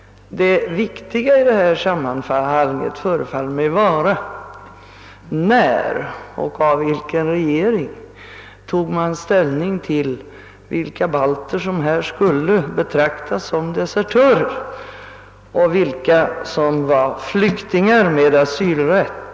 Det viktiga i sammanhanget förefaller mig vara, när och i vilken regering man tog ställning till vilka balter som skulle betraktas som desertörer och vilka som var flyktingar med asylrätt.